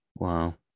Wow